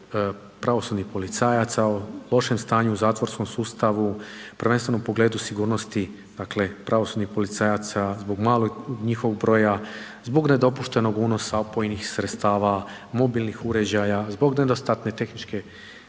pravosudnih policajaca o lošem stanju u zatvorskom sustavu, prvenstveno u pogledu sigurnosti pravosudnih policajaca, zbog malog njihovog broja, zbog nedopuštenog unosa opojnih sredstva, mobilnih uređaja, zbog nedostatne tehničke